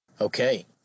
Okay